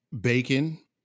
bacon